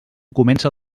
comença